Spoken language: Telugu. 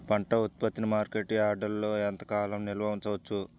పంట ఉత్పత్తిని మార్కెట్ యార్డ్లలో ఎంతకాలం నిల్వ ఉంచవచ్చు?